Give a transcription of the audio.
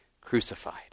crucified